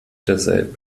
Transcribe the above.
derselben